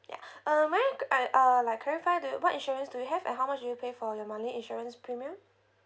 ya um may I I uh like clarify to what insurance do you have and how much do you pay for your monthly insurance premium